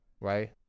right